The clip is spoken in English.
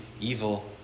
evil